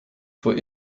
von